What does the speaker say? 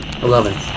Eleven